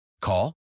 Call